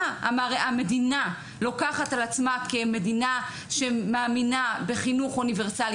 מה המדינה לוקחת על עצמה כמדינה שמאמינה בחינוך אוניברסלי